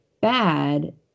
bad